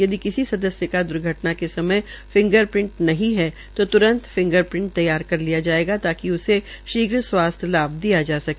यदि किसी सदस्य का द्र्घटना के समय फिंगर प्रिंट नहीं है तो त्रंत फिंगर प्रिंट तैयार कर लिया जायेगा ताकि उसे शीघ्र स्वास्थ्य लाभ दिया जा सके